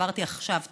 העברתי עכשיו בטרומית,